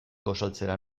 gosaltzera